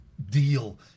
deal